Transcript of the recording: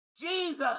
Jesus